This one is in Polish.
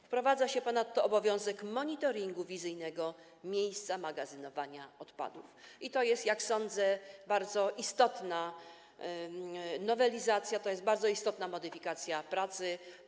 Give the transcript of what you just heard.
Wprowadza się ponadto obowiązek monitoringu wizyjnego miejsca magazynowania odpadów, i to jest, jak sądzę, bardzo istotna nowelizacja, to jest bardzo istotna modyfikacja pracy.